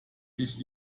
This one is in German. ich